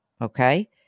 okay